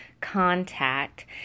contact